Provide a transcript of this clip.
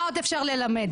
מה עוד אפשר ללמד?